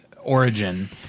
origin